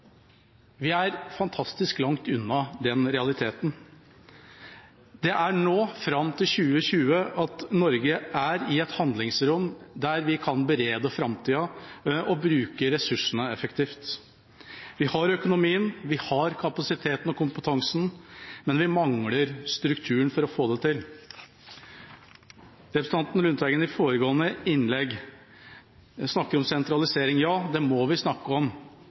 Vi er fantastisk langt unna den realiteten. Det er nå, fram til 2020, Norge har et handlingsrom og kan berede framtida og bruke ressursene effektivt. Vi har økonomien, vi har kapasiteten og kompetansen, men vi mangler strukturen for å få det til. Representanten Lundteigen snakket i foregående innlegg om sentralisering. Ja, det må vi snakke om,